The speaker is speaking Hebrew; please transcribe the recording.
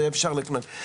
זה אפשר לקנות,